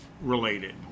related